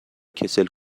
کسل